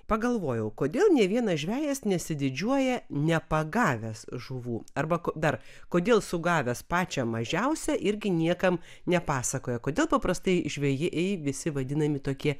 pagalvojau kodėl nė vienas žvejas nesididžiuoja nepagavęs žuvų arba ko dar kodėl sugavęs pačią mažiausią irgi niekam nepasakoja kodėl paprastai žvejai visi vadinami tokie